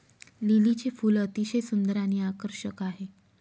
लिलीचे फूल अतिशय सुंदर आणि आकर्षक आहे